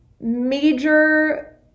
major